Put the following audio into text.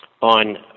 on